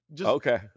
Okay